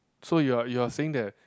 so you're you're saying that